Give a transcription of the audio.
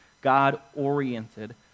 God-oriented